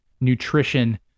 nutrition